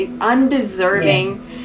undeserving